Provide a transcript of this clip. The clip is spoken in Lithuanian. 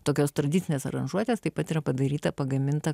tokios tradicinės aranžuotės taip pat yra padaryta pagaminta